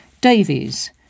Davies